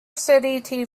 city